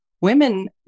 women